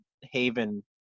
haven